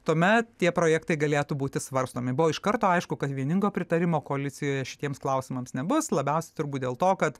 tuomet tie projektai galėtų būti svarstomi buvo iš karto aišku kad vieningo pritarimo koalicijoje šitiems klausimams nebus labiausiai turbūt dėl to kad